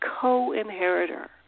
co-inheritor